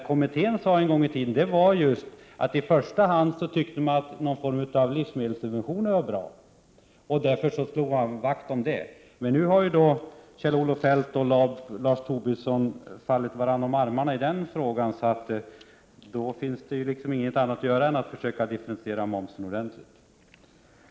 Kommittén sade en gång i tiden att man i första hand tyckte att någon form av livsmedelssubventioner var bra, och därför slog man vakt om den tanken. Men nu har Kjell-Olof Feldt och Lars Tobisson fallit i varandras armar när det gäller den frågan, och då finns det inget annat att göra än att försöka differentiera momsen ordentligt.